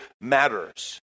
matters